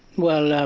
well, um